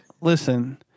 listen